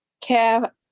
care